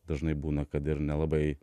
dažnai būna kad ir nelabai